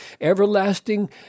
everlasting